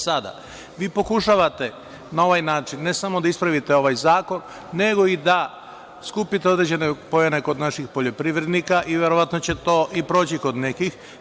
Sada, vi pokušavate na ovaj način, ne samo da ispravite ovaj zakon, nego i da skupite određene poene kod naših poljoprivrednika i verovatno će to i proći kod nekih.